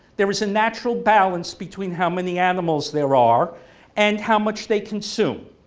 there is a natural balance between how many animals there are and how much they consume.